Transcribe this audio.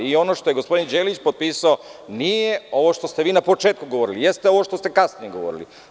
Ono što je gospodin Đelić potpisao nije ovo što ste vi na početku govorili, ali jeste ovo što ste kasnije govorili.